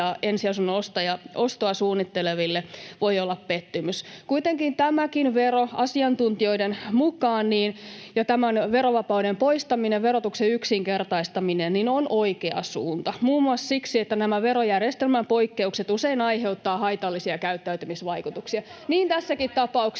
ensiasunnon ostoa suunnitteleville se voi olla pettymys. Kuitenkin asiantuntijoiden mukaan tämänkin verovapauden poistaminen ja verotuksen yksinkertaistaminen on oikea suunta, muun muassa siksi, että nämä verojärjestelmän poikkeukset usein aiheuttavat haitallisia käyttäytymisvaikutuksia.